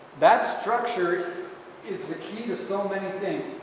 that structure is the key to so many things.